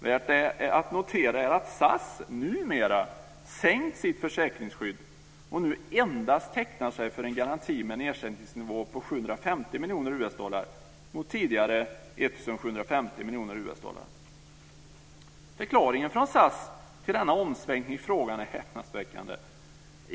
Värt att notera är att SAS numera sänkt sitt försäkringsskydd och nu endast tecknar sig för en garanti med en ersättningsnivå på 750 miljoner US Förklaringen från SAS till denna omsvängning i frågan är häpnadsväckande.